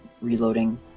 reloading